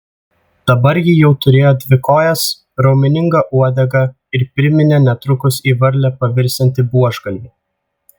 dabar ji jau turėjo dvi kojas raumeningą uodegą ir priminė netrukus į varlę pavirsiantį buožgalvį